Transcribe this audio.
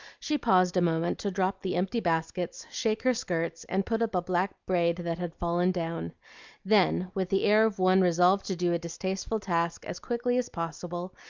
she paused a moment to drop the empty baskets, shake her skirts, and put up a black braid that had fallen down then, with the air of one resolved to do a distasteful task as quickly as possible,